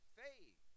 faith